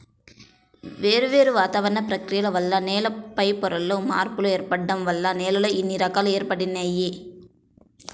వేర్వేరు వాతావరణ ప్రక్రియల వల్ల నేల పైపొరల్లో మార్పులు ఏర్పడటం వల్ల నేలల్లో ఇన్ని రకాలు ఏర్పడినియ్యి